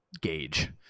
gauge